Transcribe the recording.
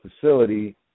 facility